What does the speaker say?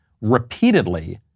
repeatedly